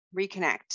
reconnect